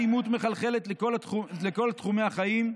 אלימות מחלחלת לכל תחומי החיים,